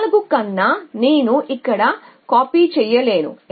4 కన్నా నేను ఇక్కడ కాపీ చేయలేను